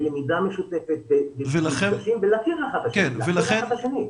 בלמידה משותפת, במפגשים ולהכיר אחד את השני.